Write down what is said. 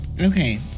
Okay